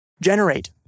Generate